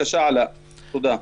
בבקשה עלא, תודה.